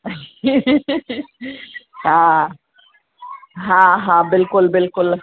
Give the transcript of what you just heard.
हा हा हा बिल्कुलु बिल्कुलु